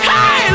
Hey